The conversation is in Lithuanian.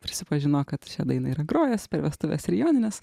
prisipažino kad šią dainą yra grojęs per vestuves ir jonines